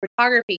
photography